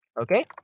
okay